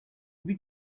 you